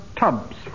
tubs